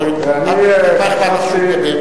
מה אכפת לך שהוא מדבר.